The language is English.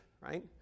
right